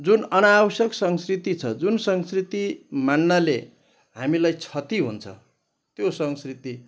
जुन अनावश्यक संस्कृति छ जुन संस्कृति मान्नाले हामीलाई क्षति हुन्छ त्यो संस्कृति